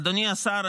אדוני השר,